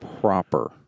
proper